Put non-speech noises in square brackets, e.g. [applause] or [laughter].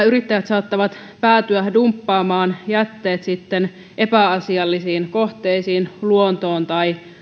[unintelligible] yrittäjät saattavat päätyä dumppaamaan jätteet epäasiallisiin kohteisiin luontoon tai